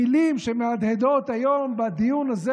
המילים שמהדהדות היום בדיון הזה